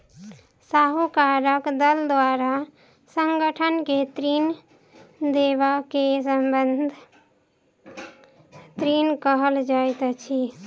साहूकारक दल द्वारा संगठन के ऋण देबअ के संबंद्ध ऋण कहल जाइत अछि